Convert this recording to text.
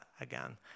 again